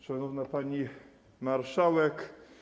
Szanowna Pani Marszałek!